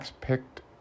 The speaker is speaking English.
picked